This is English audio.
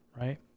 Right